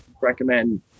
recommend